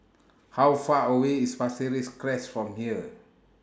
How Far away IS Pasir Ris Crest from here